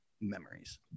memories